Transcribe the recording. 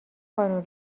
قانون